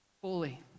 fully